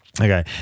Okay